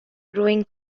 rowing